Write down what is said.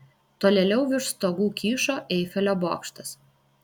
tolėliau virš stogų kyšo eifelio bokštas